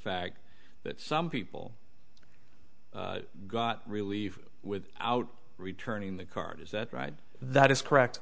fact that some people got relieved with out returning the card is that right that is correct